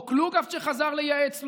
או קלוגהפט, שחזר לייעץ לו,